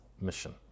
mission